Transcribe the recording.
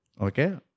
Okay